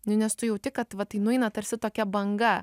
nu nes tu jauti kad va tai nueina tarsi tokia banga